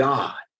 God